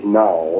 now